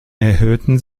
erhöhten